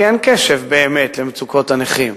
כי אין קשב באמת למצוקות הנכים,